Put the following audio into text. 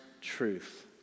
truth